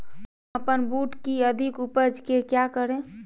हम अपन बूट की अधिक उपज के क्या करे?